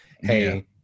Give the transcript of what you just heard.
hey